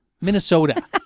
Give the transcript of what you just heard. Minnesota